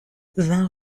vingt